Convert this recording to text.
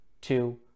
two